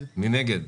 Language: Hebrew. מי נגד?